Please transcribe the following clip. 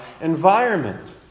environment